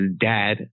Dad